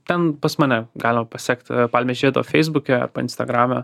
ten pas mane galima pasekti palmės žiedo feisbuke instagrame